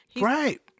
Right